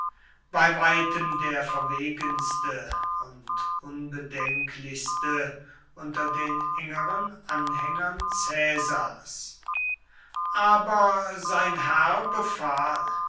bei weitem der verwegenste und unbedenklichste unter den engeren anhängern caesars aber sein herr befahl